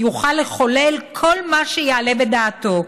יוכל לחולל כל מה שיעלה בדעתו.